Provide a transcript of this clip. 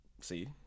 See